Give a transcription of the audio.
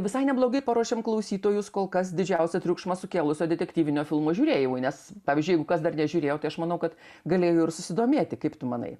visai neblogai paruošėm klausytojus kol kas didžiausią triukšmą sukėlusio detektyvinio filmo žiūrėjimui nes pavyzdžiui jeigu kas dar nežiūrėjo tai aš manau kad galėjo ir susidomėti kaip tu manai